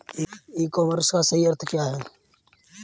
ई commerce का सही अर्थ क्या है?